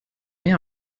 rien